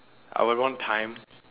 I would want time